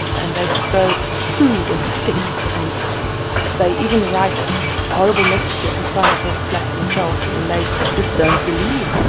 and they throw food and sticks. and they even write horrible messages in front of her flat in chelsea, and they just don't believe her.